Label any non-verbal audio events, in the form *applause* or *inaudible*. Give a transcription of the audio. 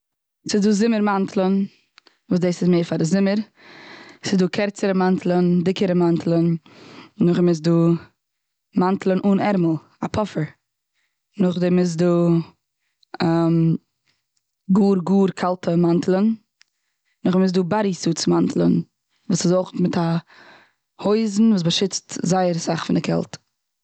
ס'איז די זומער מאנטלען וואס דאס איז מער פאר די זומער. ס'איז דא קערצערע מאנטלען, דיקערע מאנטלען. נאכדעם איז דא מאנטלען אן ערמל, א פאפער. נאכדעם איז דא *hesitation* גאר גאר קאלטע מאנטלען. נאכדעם איז דא באדי סוטס מאנטלען וואס איז אויך מיט א הויזן, וואס באשיצט זייער אסאך פון די קעלט.